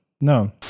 No